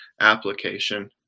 application